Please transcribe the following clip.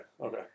Okay